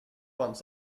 ones